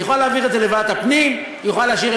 היא יכולה להעביר את זה לוועדת הפנים,